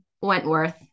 Wentworth